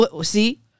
see